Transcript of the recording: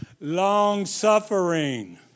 long-suffering